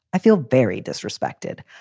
i feel very disrespected.